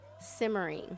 simmering